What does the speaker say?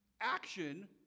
action